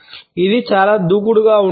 ఇది చాలా దూకుడుగా ఉంది